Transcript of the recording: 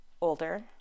older